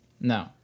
no